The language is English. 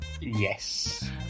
Yes